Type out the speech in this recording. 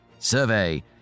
Survey